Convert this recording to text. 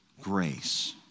grace